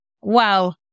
Wow